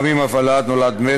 גם אם הוולד נולד מת,